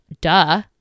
duh